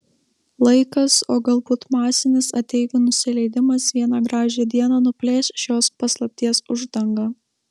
laikas o galbūt masinis ateivių nusileidimas vieną gražią dieną nuplėš šios paslapties uždangą